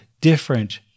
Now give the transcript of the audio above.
different